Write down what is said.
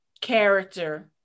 character